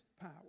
power